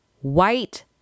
white